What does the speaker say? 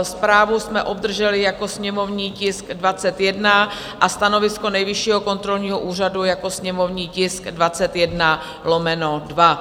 Zprávu jsme obdrželi jako sněmovní tisk 21 a stanovisko Nejvyššího kontrolního úřadu jako sněmovní tisk 21/2.